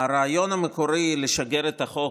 אני חושב שהרעיון המקורי לשגר את החוק